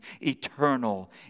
Eternal